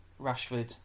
Rashford